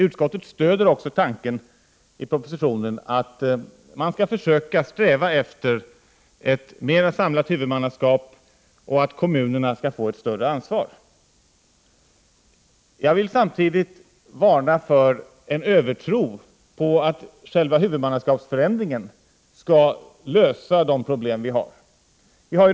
Utskottet stöder tanken i propositionen att man skall försöka sträva efter ett mera samlat huvudmannaskap och att kommunerna skall få ett större ansvar. Jag vill samtidigt varna för en övertro på att själva förändringen av huvudmannaskapet skall lösa de problem vi har.